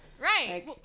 Right